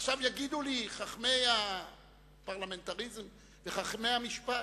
עכשיו יגידו לי חכמי הפרלמנטריזם וחכמי המשפט,